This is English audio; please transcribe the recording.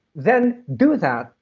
then do that.